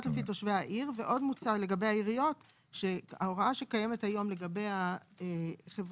ועוד מוצע לגבי העיריות שההוראה שקיימת היום לגבי העדה